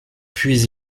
puis